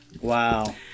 Wow